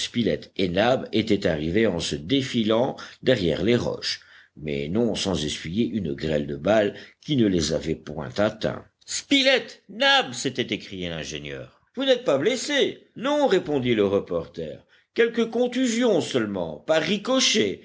étaient arrivés en se défilant derrière les roches mais non sans essuyer une grêle de balles qui ne les avait point atteints spilett nab s'était écrié l'ingénieur vous n'êtes pas blessés non répondit le reporter quelques contusions seulement par ricochet